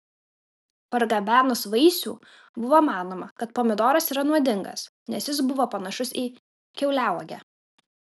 pargabenus vaisių buvo manoma kad pomidoras yra nuodingas nes jis buvo panašus į kiauliauogę